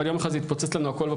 אבל יום אחד הכול יתפוצץ לנו בפרצוף.